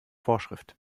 vorschrift